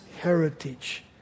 heritage